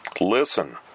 listen